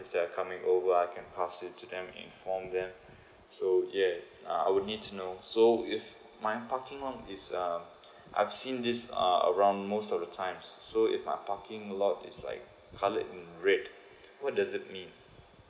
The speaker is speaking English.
is that I'm coming over I can pass it to them inform them so yeah uh I would need to know so if my parking lot is um I've seen this uh around most of the time so if my parking lot is like colour in red what does it mean